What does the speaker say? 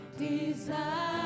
desire